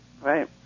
Right